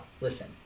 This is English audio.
listen